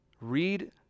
Read